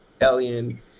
alien